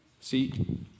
See